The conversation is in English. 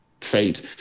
fate